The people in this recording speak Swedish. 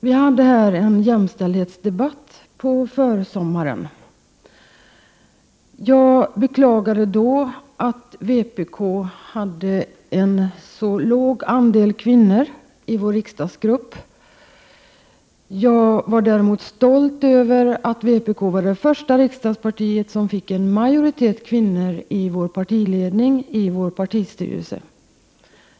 Vi hade här en jämställdhetsdebatt på försommaren. Jag beklagade då att vpk hade en så låg andel kvinnor i sin riksdagsgrupp. Jag var däremot stolt över att vpk var det första riksdagsparti som fick en majoritet kvinnor i partiledningen, i partistyrelsen.